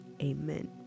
amen